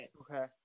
Okay